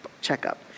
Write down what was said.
checkup